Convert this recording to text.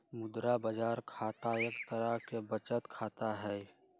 मुद्रा बाजार खाता एक तरह के बचत खाता हई